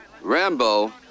Rambo